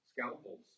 scalpels